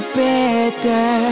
better